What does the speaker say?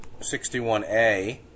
61a